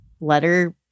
letter